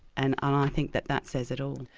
and and i think that that says it all.